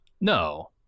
No